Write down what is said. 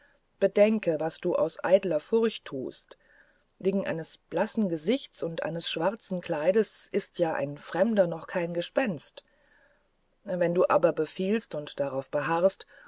bedenke was du aus eitler furcht tust wegen eines blassen gesichts und eines schwarzen kleides ist ja ein fremder noch kein gespenst wenn du aber befiehlst und darauf beharrst